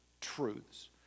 truths